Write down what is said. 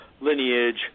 lineage